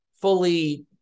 fully